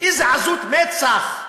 איזה עזות מצח,